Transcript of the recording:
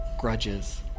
grudges